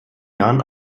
jahren